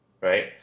right